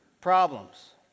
problems